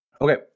Okay